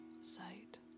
sight